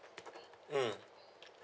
mm